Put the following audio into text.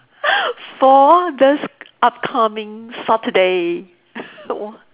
for this upcoming Saturday